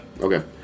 okay